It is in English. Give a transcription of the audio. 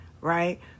right